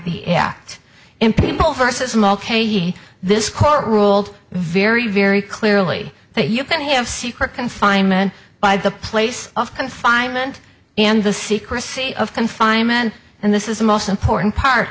the act in people versus mulcahy this court ruled very very clearly that you can have secret confinement by the place of confinement and the secrecy of confinement and this is the most important part